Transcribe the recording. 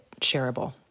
shareable